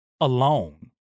alone